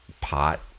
pot